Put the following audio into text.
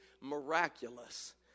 miraculous